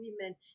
women